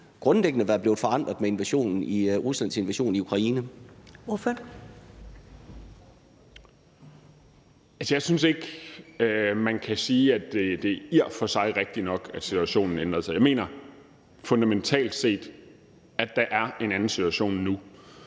næstformand (Karen Ellemann): Ordføreren. Kl. 11:44 Jens Joel (S): Jeg synes ikke, man kan sige, at det i og for sig er rigtigt nok, at situationen ændrede sig. Jeg mener fundamentalt set, at der er en anden situation nu.